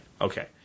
Okay